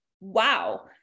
wow